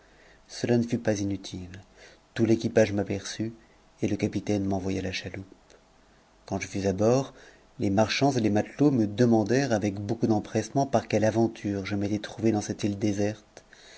cela ne fut pas inutile tout l'équipage m'aperçut et le capitaine m'envoya la chaloupe quand je fus à bord les marchands et les uate ots me demandèrent avec beaucoup d'empressement par quelle aventure je m'étais trouvé dans cette he déserte